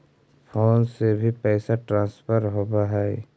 Phone से भी पैसा ट्रांसफर होवहै?